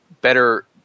better